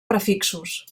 prefixos